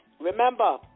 Remember